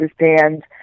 understand